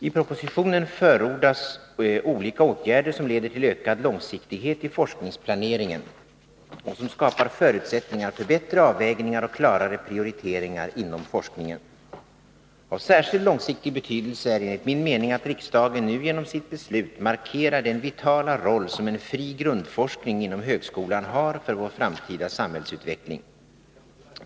I propositionen förordas olika åtgärder som leder till ökad långsiktighet i forskningsplaneringen och som skapar förutsättningar för bättre avvägningar och klarare prioriteringar inom forskningen. Av särskild långsiktig betydelse är enligt min mening att riksdagen nu genom sitt beslut markerar den vitala roll som en fri grundforskning inom högskolan har för vår framtida samhällsutveckling.